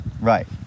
Right